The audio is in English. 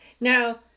Now